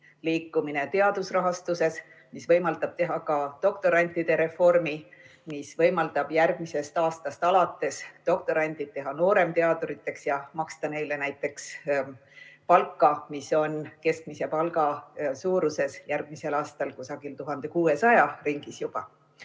liikumine teadusrahastuses, mis võimaldab teha ka doktoriõppe reformi, mis võimaldab järgmisest aastast alates doktorandid teha nooremteaduriks ja maksta neile näiteks palka, mis on keskmise palga suuruses, järgmisel aastal juba 1600 ringis.